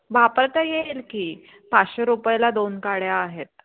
वापरता येईल की पाचशे रुपयला दोन काड्या आहेत